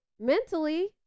Mentally